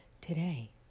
Today